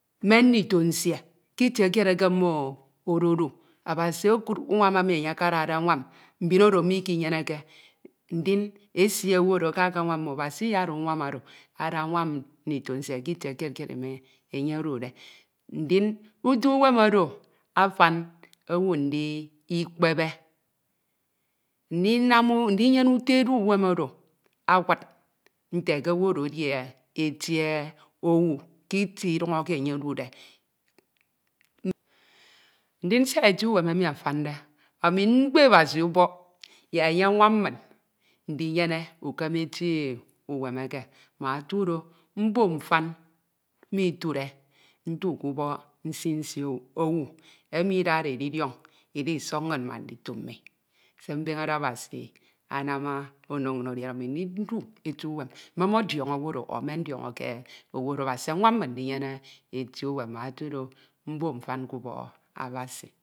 me ndito nsie k'itie kied eke mmo ododu. Abasi okud unwam emi enye akadade anwam mbin oro mikenyeneke ndin esi owu oro aka akanwam mmo, Abasi iyeda unwam oro ada anwam ndito nsie k'itie kied kied emi enye odude. Ndin uto uwem oro afan owu nbdikpebe, ndnyene uto edu uwem oro awud ke owu oro edi eti owu k'itie iduñ eke enye odude. Ndin siak eti uwem emi afande, ami mkpe Abasi ubọk yak enye anwam min ndinyene ukem eti uwem eke mbak otudo mbo mfan ma iture ntu k'ubọk nsi nsi owu emi idade edidiọñ isọk inñ ma ndito mmi. Se mbeñede Abasi anam ono inñ edi oro, ami ndidu eti uwem me mmọdiọñọ owu oro me ndiọñọke, Abasi anwam min ndinyene eti uwem mbak otu do mbo mfan k'ubọk Abasi.